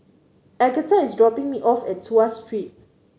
Agatha is dropping me off at Tuas Street